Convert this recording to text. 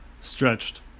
stretched